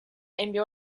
envió